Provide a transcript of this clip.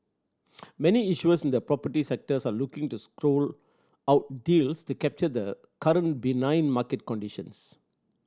many issuers in the property sectors are looking to out deals to capture the current benign market conditions